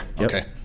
okay